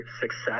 success